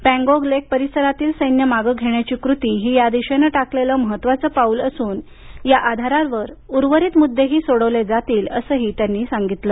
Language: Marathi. पँगोग लेक परिसरातील सैन्य मागं घेण्याची कृती ही या दिशेनंटाकलेलं महत्त्वाचं पाऊल असून या आधारावर उर्वरीत मुद्देही सोडवले जातील असंही त्यांनीसांगितलं